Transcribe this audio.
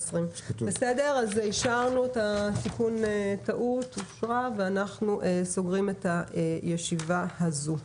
אישרנו את תיקון הטעות ואנחנו סוגרים את הישיבה הזו.